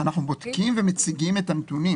אנחנו בודקים ומציגים את הנתונים.